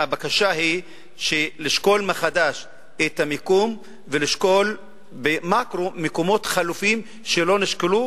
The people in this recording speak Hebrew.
הבקשה היא לשקול מחדש את המיקום ולשקול במקרו מקומות חלופיים שלא נשקלו,